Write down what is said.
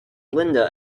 linda